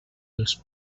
els